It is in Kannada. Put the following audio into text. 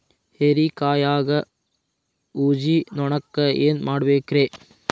ಹೇರಿಕಾಯಾಗ ಊಜಿ ನೋಣಕ್ಕ ಏನ್ ಮಾಡಬೇಕ್ರೇ?